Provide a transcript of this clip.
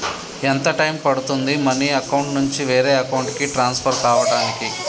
ఎంత టైం పడుతుంది money account నుంచి వేరే అకౌంట్ కి ట్రాన్స్ఫర్ కావటానికి?